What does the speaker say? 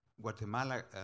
Guatemala